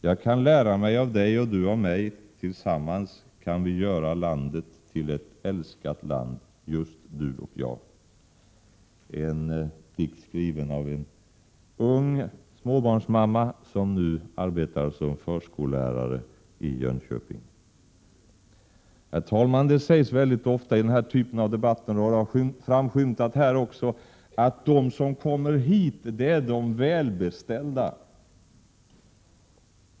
Jag kan lära mig av dig och du av mig, tillsammans kan vi göra landet till ett älskat land, just du och jag. Detta är en dikt skriven av en ung småbarnsmamma som nu arbetar som förskollärare i Jönköping. Herr talman! Det sägs väldigt ofta i den här typen av debatter, och det har framskymtat också i dag, att de som kommer hit är de välbeställda.